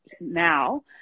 now